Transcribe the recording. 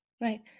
right